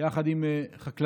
יחד עם חקלאים,